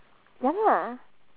ya lah